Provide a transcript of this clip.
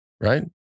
right